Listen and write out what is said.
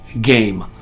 game